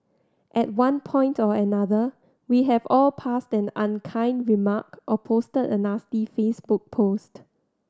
at one point or another we have all passed an unkind remark or posted a nasty Facebook post